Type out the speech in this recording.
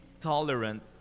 tolerant